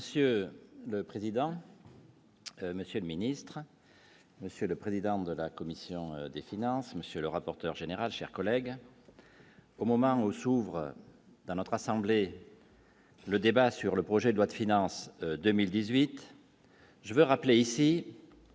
Monsieur le président. Monsieur le ministre. Monsieur le président de la commission des finances, monsieur le rapporteur général chers collègues. Au moment où s'ouvre dans notre assemblée. Le débat sur le projet de loi de finances 2018. Je veux rappeler ici.